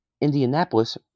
Indianapolis